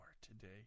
today